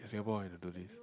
if Singapore had to do this